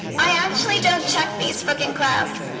i actually don't check facebooking crap